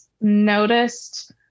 noticed